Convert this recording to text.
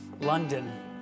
London